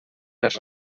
les